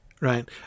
right